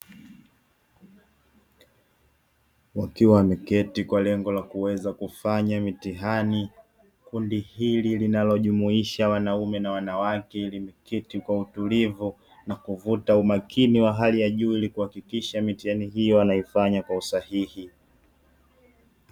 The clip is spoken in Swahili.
Wakiwa wameketi kwa lengo la kuweza kufanya mitihani, kundi hili linalojumuisha wanaume na wanawake limeketi kwa utulivu na kuvuta umakini wa hali ya juu ili kuhakikisha mitihani hiyo wanaifanya kwa usahihi.